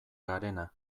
garena